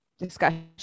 Discussion